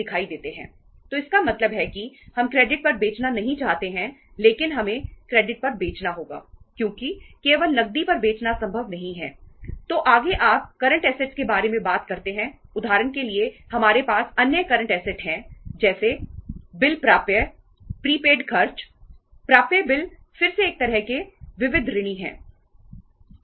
प्राप्य बिल फिर से एक तरह के विविध ऋणी हैं